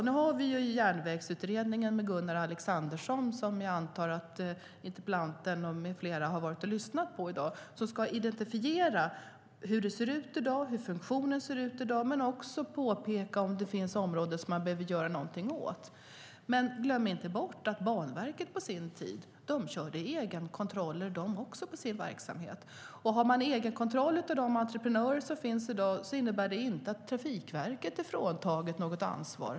Nu ska Järnvägsutredningen med Gunnar Alexandersson - jag antar att interpellanten med flera har lyssnat på honom i dag - identifiera hur funktionen ser ut i dag och påpeka om det finns områden som behöver åtgärdas. Glöm inte bort att Banverket på sin tid också körde egenkontroller på sin verksamhet. Egenkontroller av entreprenörerna i dag innebär inte att Trafikverket är fråntaget något ansvar.